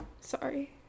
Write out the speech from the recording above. sorry